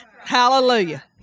Hallelujah